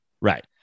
Right